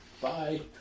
Bye